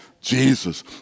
Jesus